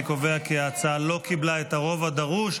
אני קובע כי ההצעה לא קיבלה את הרוב הדרוש,